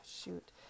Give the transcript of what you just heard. shoot